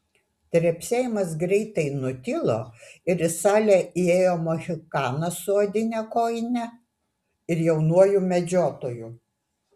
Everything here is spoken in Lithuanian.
trepsėjimas greitai nutilo ir į salę įėjo mohikanas su odine kojine ir jaunuoju medžiotoju